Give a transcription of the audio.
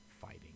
fighting